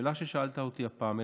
השאלה ששאלת אותי הפעם,